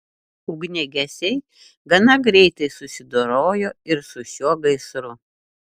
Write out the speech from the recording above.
ugniagesiai gana greitai susidorojo ir su šiuo gaisru